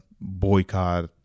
boycott